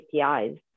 APIs